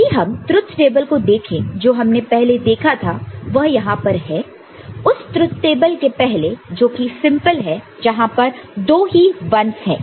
यदि हम truth table को देखें जो हमने पहले देखा था वह यहां पर है उस ट्रुथ टेबल के पहले जोकि सिंपल है जहां पर दो ही 1's है